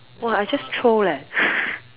whoa I just throw leh